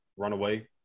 runaway